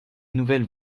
nouvelles